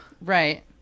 Right